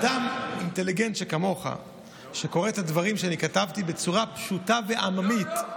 אדם אינטליגנטי שכמוך שקורא את הדברים שאני כתבתי בצורה פשוטה ועממית,